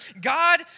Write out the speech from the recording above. God